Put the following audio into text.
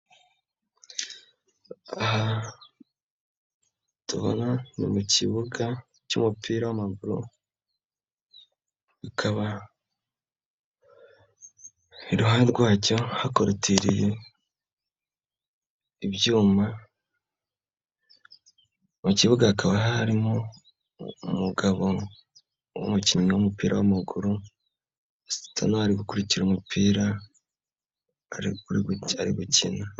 Aha tubona ni mu kibuga cy'umupira w'amaguru bikaba iruha rwacyo hakorotiriye ibyuma, mu kibuga hakaba harimo umugabo w'umukinnyi w'umupira w'amaguru, asa n'aho ari gukurikira umupira ari gukina.